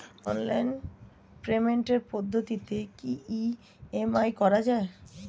Online পেমেন্টের পদ্ধতিতে কি ই.এম.আই করা যায়?